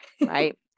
Right